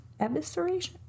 Evisceration